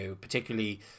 particularly